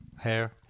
Hair